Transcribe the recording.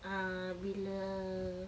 ah bila